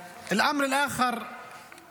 (אומר דברים בשפה הערבית.)